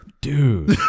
Dude